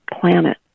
planet